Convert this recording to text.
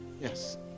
yes